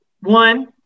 one